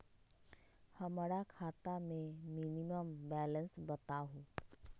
हमरा खाता में मिनिमम बैलेंस बताहु?